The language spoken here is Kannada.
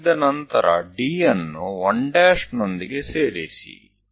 ಅದು ಮುಗಿದ ನಂತರ D ಅನ್ನು 1' ನೊಂದಿಗೆ ಸೇರಿಸಿ